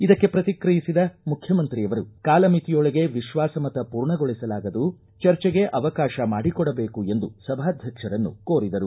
ಇದಕ್ಕೆ ಪ್ರತಿಕ್ರಯಿಸಿದ ಮುಖ್ಯಮಂತ್ರಿಯವರು ಕಾಲಮಿತಿಯೊಳಗೆ ವಿಶ್ವಾಸ ಮತ ಪೂರ್ಣಗೊಳಸಲಾಗದು ಚರ್ಚೆಗೆ ಅವಕಾಶ ಮಾಡಿಕೊಡಬೇಕು ಎಂದು ಸಭಾಧ್ಯಕ್ಷರನ್ನು ಕೋರಿದರು